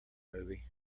movie